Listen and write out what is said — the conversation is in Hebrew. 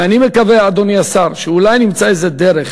ואני מקווה, אדוני השר, שאולי נמצא איזה דרך